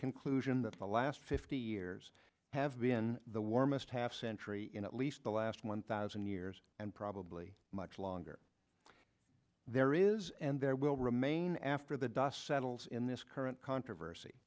conclusion that the last fifty years have been the warmest half century in at least the last one thousand years and probably much longer there is and there will remain after the dust settles in this current controversy